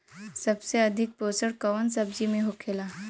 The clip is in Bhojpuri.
सबसे अधिक पोषण कवन सब्जी में होखेला?